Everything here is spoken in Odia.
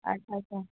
ଆଚ୍ଛା ଆଚ୍ଛା